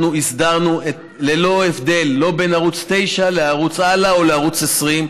אנחנו הסדרנו ללא הבדל בין ערוץ 9 וערוץ הלא וערוץ 20,